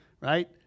right